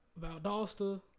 Valdosta